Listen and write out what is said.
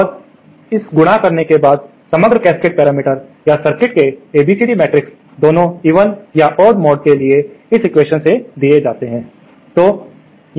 और इस गुणा करने के बाद समग्र कैस्केड पैरामीटर्स या सर्किट के ABCD मैट्रिक्स दोनों इवन या ओड मोड के लिए इस एक्वेशन से दिए जाते है